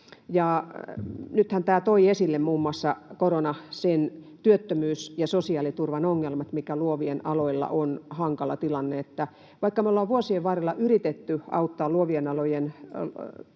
korona toi esille muun muassa työttömyys‑ ja sosiaaliturvan ongelmat, missä luovilla aloilla on hankala tilanne. Vaikka me ollaan vuosien varrella yritetty auttaa luovien alojen